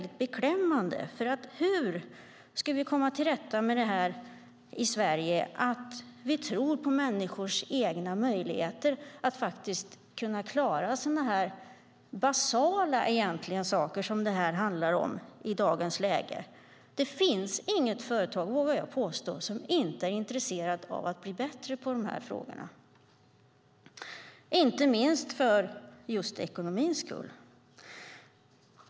Hur ska vi komma till rätta med det här i Sverige så att vi tror på människors egna möjligheter att faktiskt kunna klara sådana här egentligen basala saker som det handlar om i dagens läge? Det finns inget företag, vågar jag påstå, som inte är intresserat av att bli bättre i de här frågorna, inte minst för just ekonomins skull.